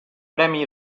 premi